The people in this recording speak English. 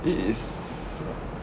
it is